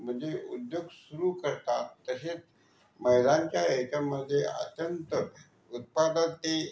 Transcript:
म्हणजे उद्योग सुरू करतात तसेच महिलांच्या ह्याच्यामध्ये अत्यंत उत्पादक ते